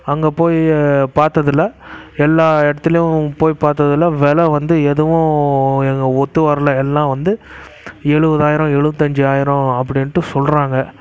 அங்கே போய் பார்த்ததுல எல்லா இடத்துலியும் போய் பார்த்ததுல வெலை வந்து எதுவும் எங்க ஒத்து வரல எல்லாம் வந்து எழுவதாயிரம் எழுவத்தஞ்சாயிரம் அப்படீன்டு சொல்கிறாங்க